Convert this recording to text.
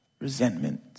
resentment